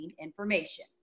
information